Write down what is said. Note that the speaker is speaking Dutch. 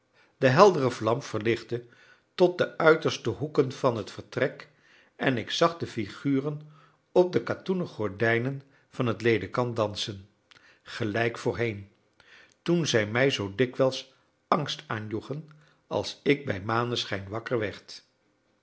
de heldere vlam verlichtte tot de uiterste hoeken van het vertrek en ik zag de figuren op de katoenen gordijnen van het ledekant dansen gelijk voorheen toen zij mij zoo dikwijls angst aanjoegen als ik bij maneschijn wakker werd